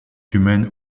humaine